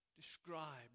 described